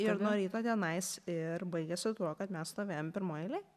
ir nuo ryto tenais ir baigėsi tuo kad mes stovėjom pirmoj eilėj